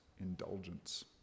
indulgence